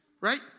right